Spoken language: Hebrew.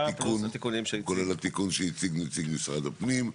בנוסח כולל התיקון שהציג נציג משרד הפנים.